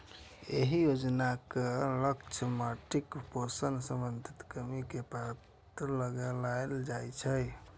एहि योजनाक लक्ष्य माटिक पोषण संबंधी कमी के पता लगेनाय छै